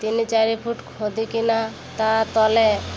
ତିନି ଚାରି ଫୁଟ ଖୋଦିକିନା ତା' ତଲେ